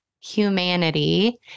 humanity